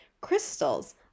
Crystals